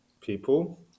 people